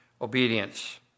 obedience